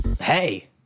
Hey